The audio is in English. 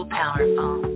powerful